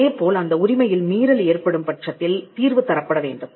அதேபோல் அந்த உரிமையில் மீறல் ஏற்படும் பட்சத்தில் தீர்வு தரப்பட வேண்டும்